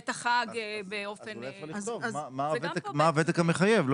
אולי אפשר לכתוב מה הוותק המחייב.